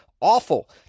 Awful